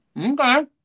Okay